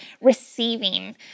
receiving